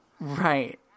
Right